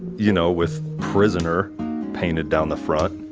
you know with prisoner painted down the front.